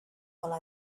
while